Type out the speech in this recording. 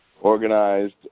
organized